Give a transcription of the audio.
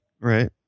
right